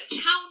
town